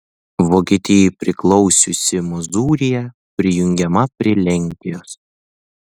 vokietijai priklausiusi mozūrija prijungiama prie lenkijos